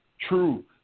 true